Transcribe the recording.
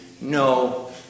No